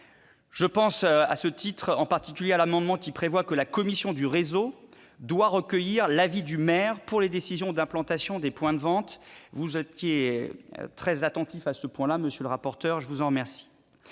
Je pense en particulier à l'amendement ayant pour objet que la commission du réseau du CSMP recueille l'avis du maire pour les décisions d'implantation des points de vente ; vous étiez très attentif à ce point, monsieur le rapporteur. Je pense aussi